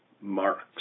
Marks